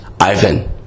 Ivan